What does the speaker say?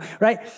right